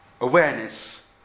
awareness